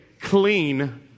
clean